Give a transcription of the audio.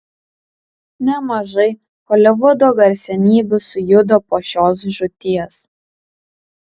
nemažai holivudo garsenybių sujudo po šios žūties